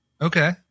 Okay